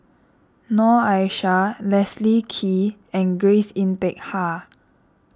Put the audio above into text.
Noor Aishah Leslie Kee and Grace Yin Peck Ha